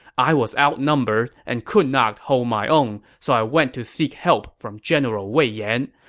i was outnumbered and could not hold my own, so i went to seek help from general wei yan.